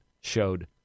showed